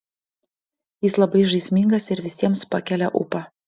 jis labai žaismingas ir visiems pakelia ūpą